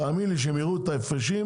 תאמין לי שהם יראו את ההפרשים,